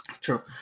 True